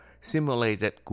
simulated